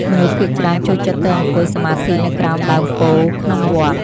មនុស្សភាគច្រើនចូលចិត្តទៅអង្គុយសមាធិនៅក្រោមដើមពោធិ៍ក្នុងវត្ត។